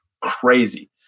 crazy